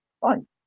fine